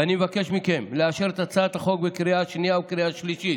ואני מבקש מכם לאשר את הצעת החוק בקריאה השנייה ובקריאה השלישית.